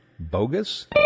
Bogus